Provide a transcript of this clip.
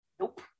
Nope